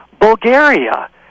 Bulgaria